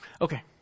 Okay